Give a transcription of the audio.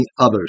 others